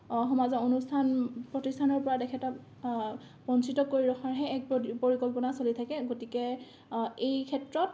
সমাজৰ অনুষ্ঠান প্ৰতিষ্ঠানৰ পৰা তেখেতক বঞ্চিত কৰি ৰখাৰহে এক পৰিকল্পনা চলি থাকে গতিকে এই ক্ষেত্ৰত